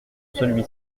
celui